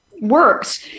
works